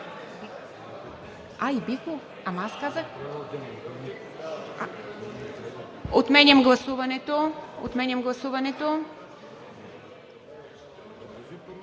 Отменям гласуването.